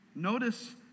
Notice